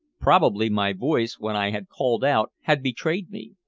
probably my voice when i had called out had betrayed me.